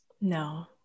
No